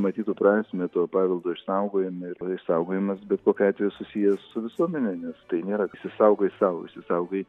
matytų prasmę to paveldo išsaugojime ir o išsaugojimas bet kokiu atveju susijęs su visuomene nes tai nėra išsisaugai sau išsisaugai